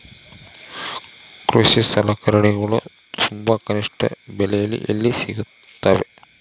ಕೃಷಿ ಸಲಕರಣಿಗಳು ತುಂಬಾ ಕನಿಷ್ಠ ಬೆಲೆಯಲ್ಲಿ ಎಲ್ಲಿ ಸಿಗುತ್ತವೆ?